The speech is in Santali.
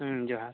ᱦᱮᱸ ᱡᱚᱦᱟᱨ